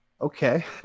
okay